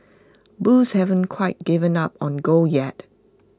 bulls haven't quite given up on gold yet